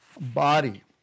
body